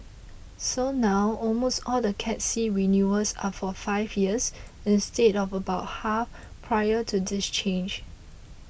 so now almost all the Cat C renewals are for five years instead of about half prior to this change